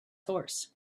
horse